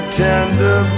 tender